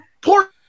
Poor